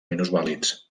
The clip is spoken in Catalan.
minusvàlids